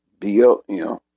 BLM